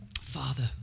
Father